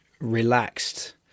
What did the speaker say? relaxed